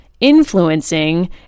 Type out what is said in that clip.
influencing